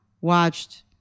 watched